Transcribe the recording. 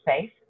safe